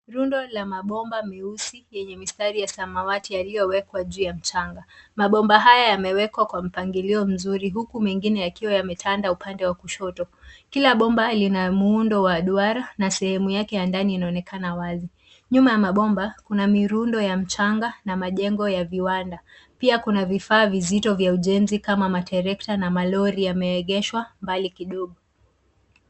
Rundo la mabomba meusi yenye mistari ya samawati yaliyowekwa kuu ya mchanga. Mabomba haya yamewekwa kwa mpangilio mzuri huku mengine yakiwa yametanda upande wa kushoto. Kila bomba lina muundo wa duara na sehemu yake ya ndani inaonekana wazi. Nyuma ya mabomba kuna mirundo ya mchanga na majengo ya viwanda. Pia kuna vifaa vizito vya ujenzi kama matrekta na malori yameegeshwa mbali kidogo.